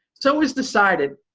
so it was decided.